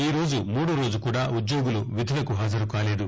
ఈరోజు మూడో రోజు కూడా ఉద్యోగులు విధులకు హాజరుకాలేదు